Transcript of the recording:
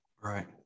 Right